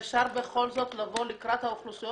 אפשר בכל זאת לבוא לקראת האוכלוסיות